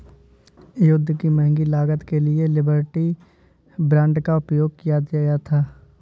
युद्ध की महंगी लागत के लिए लिबर्टी बांड का उपयोग किया गया था